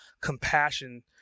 compassion